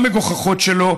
המגוחכות שלו,